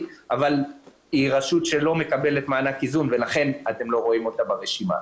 אבל היא רשות שלא מקבלת מענק איזון ולכן אתם לא רואים אותה ברשימה.